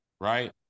right